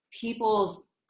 people's